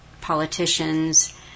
politicians